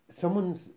someone's